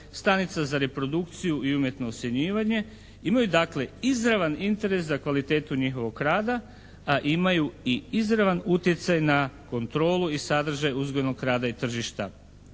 stanica za reprodukciju i umjetno osjenjivanje. Imaju, dakle, izravan interes za kvalitetu njihovog rada, a imaju i izravan utjecaj na kontrolu i sadržaj uzgojnog rada i tržišta.